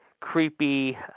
creepy